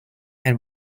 and